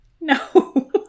no